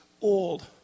old